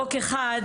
חוק אחד,